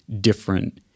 different